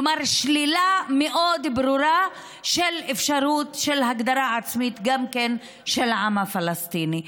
כלומר שלילה מאוד ברורה של אפשרות להגדרה עצמית גם של העם הפלסטיני.